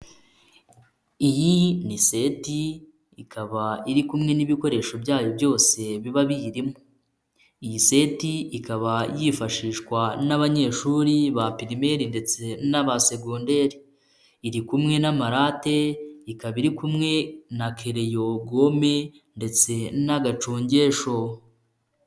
Iyi ni seti ikaba iri kumwe n'ibikoresho byayo byose biba biyirimo, iyi seti ikaba yifashishwa n'abanyeshuri ba pirimeri ndetse n'aba segonderi, iri kumwe n'amarate, ikaba iri kumwe na kereyo, gome ndetse n'agacongesho.